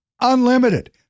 Unlimited